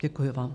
Děkuji vám.